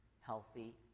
healthy